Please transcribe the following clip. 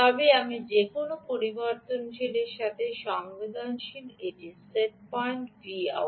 তবে এটি যে কোনও পরিবর্তনের সাথে সংবেদনশীল এটি সেট পয়েন্ট Vout